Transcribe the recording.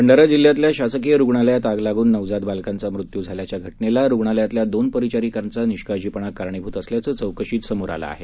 भंडारा जिल्ह्यातल्या शासकीय रुग्णालयात आग लागून नवजात बालकांचा मृत्यू झाल्याच्या घटनेला रुग्णालयातल्या दोन परिचारिकांचा निष्काळजीपणा कारणीभूत असल्याचं चौकशीत समोर आलं आलं आहे